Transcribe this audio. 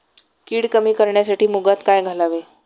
कीड कमी करण्यासाठी मुगात काय घालावे?